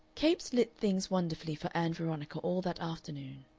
capes lit things wonderfully for ann veronica all that afternoon,